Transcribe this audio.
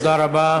תודה רבה.